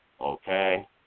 Okay